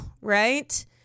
right